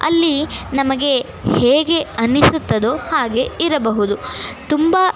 ಅಲ್ಲಿ ನಮಗೆ ಹೇಗೆ ಅನ್ನಿಸುತ್ತದೆಯೋ ಹಾಗೆ ಇರಬಹುದು ತುಂಬ